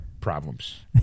problems